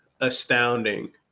astounding